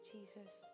Jesus